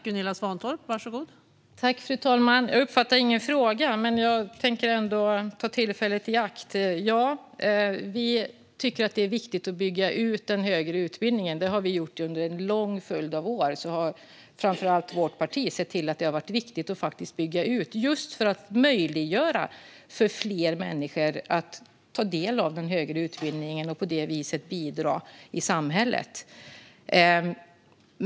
Fru talman! Jag uppfattade ingen fråga, men jag tänker ändå ta tillfället i akt. Ja, vi tycker att det är viktigt att bygga ut den högre utbildningen. Det har vi gjort under en lång följd av år. Framför allt vårt parti har sett till att bygga ut, eftersom det är viktigt för att möjliggöra för fler människor att ta del av den högre utbildningen och på det viset bidra i samhället.